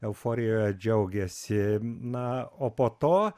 euforijoje džiaugėsi na o po to